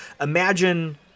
Imagine